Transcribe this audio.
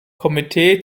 komitee